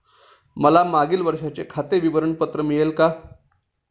मला मागील वर्षाचे खाते विवरण पत्र मिळेल का?